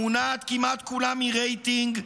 המונעת כמעט כולה מרייטינג,